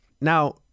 Now